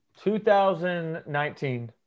2019